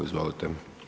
Izvolite.